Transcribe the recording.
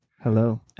Hello